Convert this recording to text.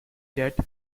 jet